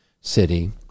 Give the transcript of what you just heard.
city